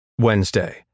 Wednesday